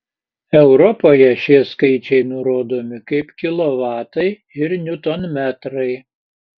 europoje šie skaičiai nurodomi kaip kilovatai ir niutonmetrai